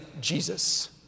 Jesus